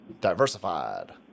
diversified